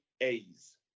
A's